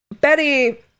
Betty